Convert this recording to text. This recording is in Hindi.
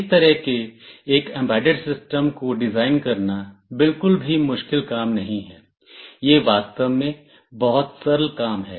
इस तरह के एक एम्बेडेड सिस्टम को डिजाइन करना बिल्कुल भी मुश्किल काम नहीं है यह वास्तव में बहुत सरल है